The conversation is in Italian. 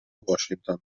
washington